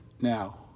Now